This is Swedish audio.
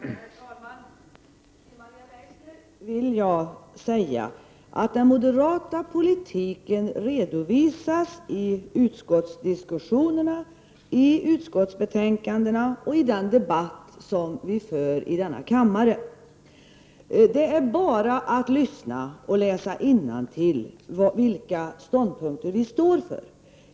Herr talman! Till Maria Leissner vill jag säga att den moderata politiken redovisas i utskottsdiskussionerna, i utskottsbetänkandena och i den debatt som förs i denna kammare. Det är bara att lyssna och läsa innantill vilka ståndpunkter vi står för.